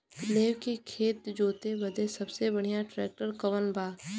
लेव के खेत जोते बदे सबसे बढ़ियां ट्रैक्टर कवन बा?